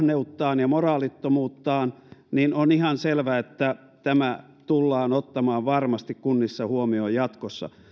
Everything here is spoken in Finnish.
vanhusten hoivassa ahneuttaan ja moraalittomuuttaan niin on ihan selvä että tämä tullaan varmasti ottamaan kunnissa huomioon jatkossa